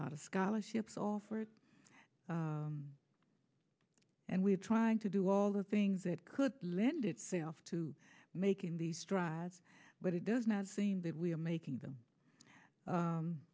lot of scholarships offered and we're trying to do all the things that could lend itself to making the strides but it does not seem that we are making them